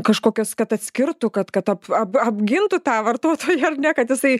kažkokios kad atskirtų kad kad apgintų tą vartotoją kad jisai